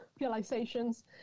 realizations